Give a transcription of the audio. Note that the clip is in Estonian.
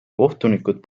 kohtunikud